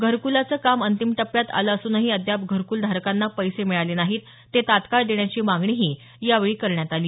घरकूलाचं काम अंतिम टप्प्यात आलं असूनही अद्याप घरकुलधारकांना पैसे मिळाले नाही ते तात्काळ देण्याची मागणीही यावेळी करण्यात आली